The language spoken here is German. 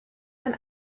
ein